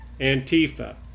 Antifa